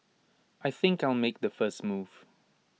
I think I'll make the first move